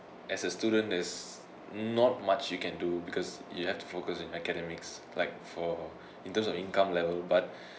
as a student there's not much you can do because you have to focus on academics like for in terms of income level but